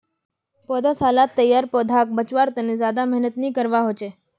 पौधसालात तैयार पौधाक बच्वार तने ज्यादा मेहनत नि करवा होचे